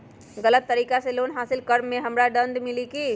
गलत तरीका से लोन हासिल कर्म मे हमरा दंड मिली कि?